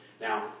Now